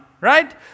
right